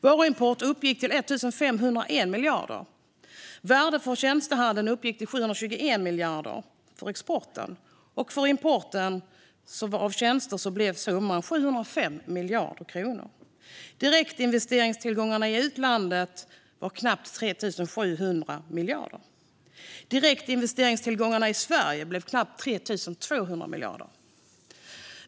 Varuimporten uppgick till 1 501 miljarder. Värdet av tjänstehandeln uppgick till 721 miljarder för exporten, och för importen av tjänster blev summan 705 miljarder kronor. Direktinvesteringstillgångarna i utlandet var strax under 3 700 miljarder. Direktinvesteringstillgångarna i Sverige var strax under 3 200 miljarder.